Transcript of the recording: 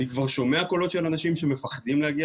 אני כבר שומע קולות של אנשים שמפחדים להגיע